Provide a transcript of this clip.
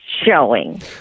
showing